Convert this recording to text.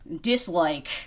dislike